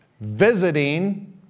visiting